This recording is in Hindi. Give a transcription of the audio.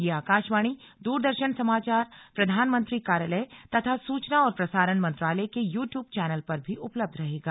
यह आकाशवाणी दूरदर्शन समाचार प्रधानमंत्री कार्यालय तथा सूचना और प्रसारण मंत्रालय के यू ट्यूब चैनल पर भी उपलब्ध रहेगा